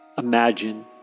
Imagine